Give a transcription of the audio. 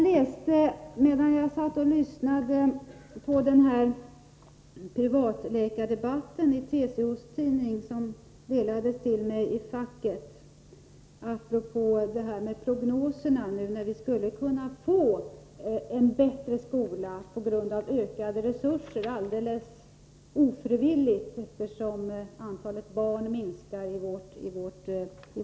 När jag satt och lyssnade på privatläkardebatten läste jag i TCO:s tidning — som har delats till mig i postfacket — apropå detta med prognoser, att vi skulle kunna få en bättre skola på grund av ökade resurser, alldeles ofrivilligt, eftersom antalet barn minskar i vårt land.